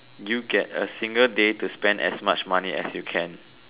you get a single day to spend as much money as you can